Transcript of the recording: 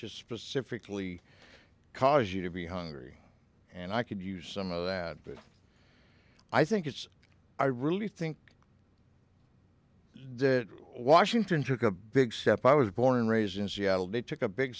just specifically cause you to be hungry and i could use some of that but i think it's i really think that washington took a big step i was born and raised in seattle they took a big